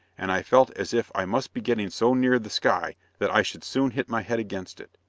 and i felt as if i must be getting so near the sky that i should soon hit my head against it!